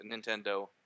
nintendo